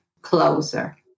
closer